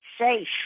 safe